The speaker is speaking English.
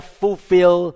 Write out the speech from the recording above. fulfill